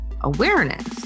awareness